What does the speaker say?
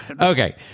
Okay